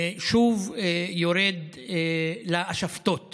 ושוב יורד לאשפתות